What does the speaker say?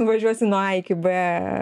nuvažiuosi nuo a iki b